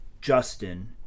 Justin